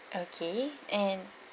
okay and